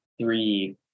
three